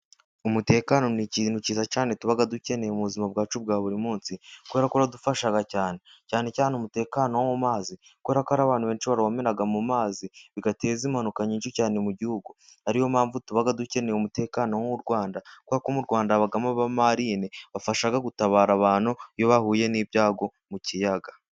Umutekano ni ikintu cyiza cyane tuba dukeneye mu buzima bwacu bwa buri munsi, kubera ko uradufasha cyane. Cyane cyane umutekano wo mu mazi, kubera ko hari abantu benshi barohamiraga mu mazi bigateza impanuka nyinshi cyane mu gihugu. Ariyo mpamvu tuba dukeneye umutekano nku w'u Rwanda kuberako mu Rwanda habamo aba marine, bafasha gutabara abantu iyo bahuye n'ibyago mu kiyaga.